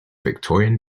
victorian